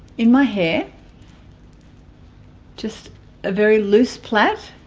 in my hair just a very loose platt